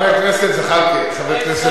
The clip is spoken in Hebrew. חבר הכנסת זחאלקה.